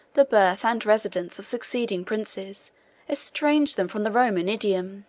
the birth and residence of succeeding princes estranged them from the roman idiom